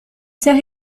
sœurs